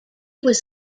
was